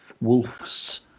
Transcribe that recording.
wolf's